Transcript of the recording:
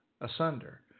asunder